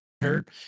hurt